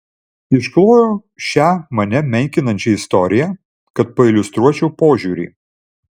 išklojau šią mane menkinančią istoriją kad pailiustruočiau požiūrį